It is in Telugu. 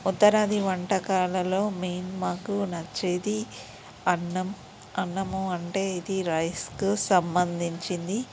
ఉత్తరాది వంటకాలలో మెయిన్ మాకు నచ్చేది అన్నం అన్నము అంటే ఇది రైస్కు సంబంధించింది